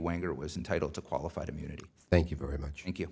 wanger was entitle to qualified immunity thank you very much and you